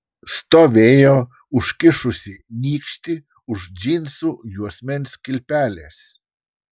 stovėjo užkišusi nykštį už džinsų juosmens kilpelės